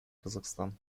казахстан